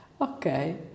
Okay